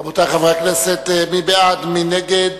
רבותי חברי הכנסת, מי בעד ומי נגד?